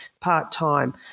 part-time